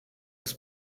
ist